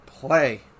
Play